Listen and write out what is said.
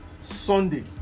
Sunday